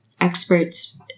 experts